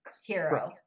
hero